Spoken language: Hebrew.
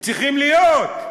הם צריכים להיות.